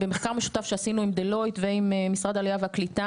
במחקר משותף שעשינו עם דלויט ועם משרד העלייה והקליטה